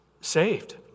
saved